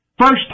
First